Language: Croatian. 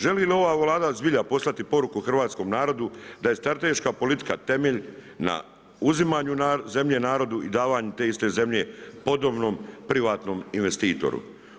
Želi li ova Vlada zbilja poslati poruku hrvatskom narodu da je strateška politika temelj na uzimanju zemlje narodu i davanju te iste zemlje podobnom privatnom investitoru?